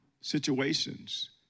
situations